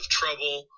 trouble